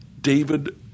David